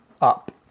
up